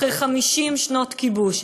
אחרי 50 שנות כיבוש,